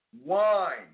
wine